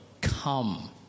come